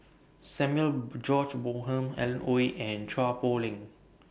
Samuel George Bonham Alan Oei and Chua Poh Leng